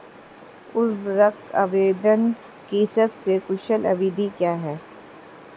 उर्वरक आवेदन की सबसे कुशल विधि क्या है?